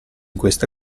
questa